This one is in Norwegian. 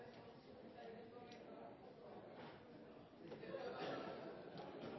er